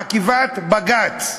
עקיפת בג"ץ.